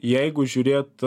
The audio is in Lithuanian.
jeigu žiūrėt